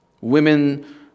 Women